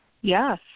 Yes